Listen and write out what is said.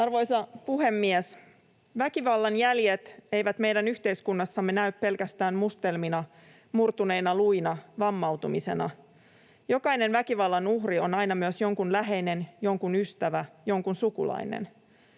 Arvoisa puhemies! Väkivallan jäljet eivät meidän yhteiskunnassamme näy pelkästään mustelmina, murtuneina luina, vammautumisena. Jokainen väkivallan uhri on aina myös jonkun läheinen, jonkun ystävä, jonkun sukulainen.